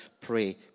Pray